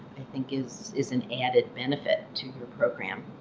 think, is is an added benefit to the program.